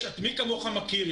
מי כמוך מכיר,